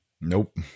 nope